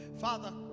Father